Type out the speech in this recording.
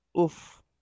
oof